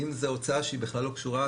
אם זה הוצאה שהיא בכלל לא קשורה,